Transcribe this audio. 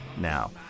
Now